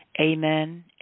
amen